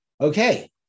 Okay